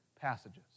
passages